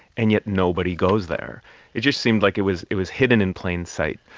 and yet nobody goes there it just seemed like it was it was hidden in plain sight.